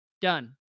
Done